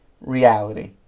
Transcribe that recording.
reality